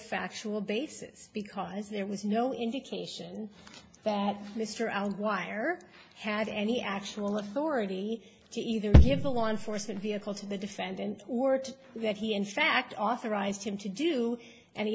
factual basis because there was no indication that mr wire had any actual authority to either give the law enforcement vehicle to the defendant or to that he in fact authorized him to do any